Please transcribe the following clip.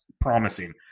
promising